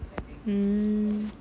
um